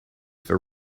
for